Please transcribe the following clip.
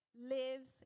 lives